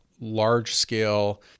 large-scale